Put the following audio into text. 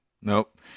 nope